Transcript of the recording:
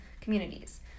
communities